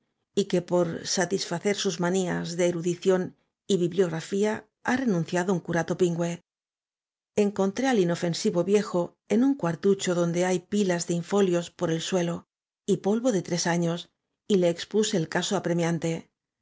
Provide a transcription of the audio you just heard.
y bibliografía ha renunciado un curato pingüe encontré al inofensivo viejo en un cuartucho donde hay pilas de infolios por el suelo y polvo de tres años y le expuse el caso apremiante